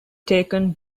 taken